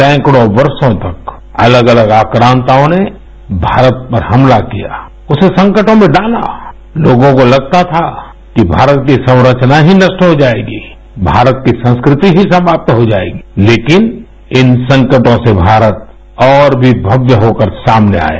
सैकड़ों वर्षों तक अलग अलग आक्राताओं ने भारत पर हमला किया उसे संकटों में डाला लोगों को लगता था कि भारत की संरचना ही नष्ट हो जाएगी भारत की संस्कृति ही समाप हो जाएगी लेकिन इन संकटों से भारत और भी भव्य होकर सामने आया